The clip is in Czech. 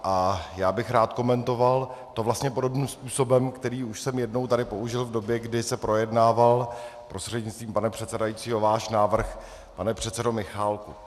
A já bych to rád komentoval vlastně podobným způsobem, který už jsem jednou tady použil v době, kdy se projednával, prostřednictvím pana předsedajícího, váš návrh, pane předsedo Michálku.